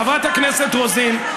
חברת הכנסת רוזין,